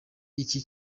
iki